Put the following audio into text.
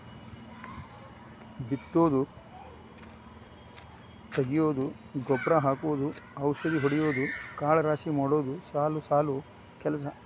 ಬಿತ್ತುದು ಕಳೆ ತಗಿಯುದು ಗೊಬ್ಬರಾ ಹಾಕುದು ಔಷದಿ ಹೊಡಿಯುದು ಕಾಳ ರಾಶಿ ಮಾಡುದು ಸಾಲು ಸಾಲು ಕೆಲಸಾ